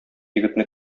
егетне